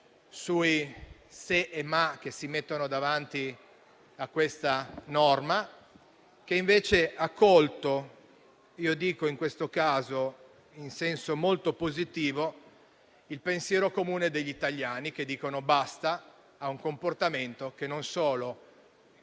sui "ma" che si mettono davanti a questa norma, che invece ha colto, in senso molto positivo, il pensiero comune degli italiani, che dicono basta a un comportamento che non solo